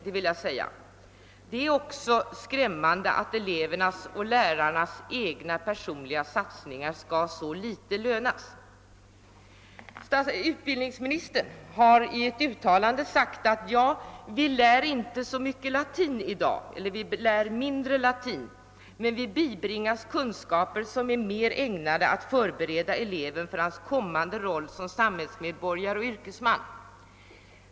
Det är också skrämmande att elevernas och lärarnas personliga satsningar skall så litet lönas. Utbildningsministern har i ett uttalande sagt att eleven lär mindre latin i dag, men han bibringas kunskaper som är mer ägnade att förbereda honom för hans kommande roll som samhälismedborgare och yrkesman.